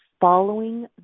following